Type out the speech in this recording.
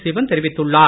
சிவன் தெரிவித்துள்ளார்